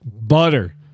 butter